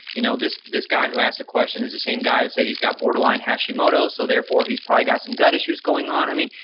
you know, this this guy who ask a question is the same guy who say he's got borderline hashimoto's, so therefore he's probably got some gut issues going on, i mean,